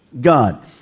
God